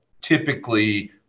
typically